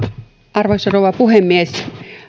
arvoisa rouva puhemies